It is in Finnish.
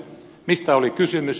mistä oli kysymys